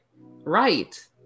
Right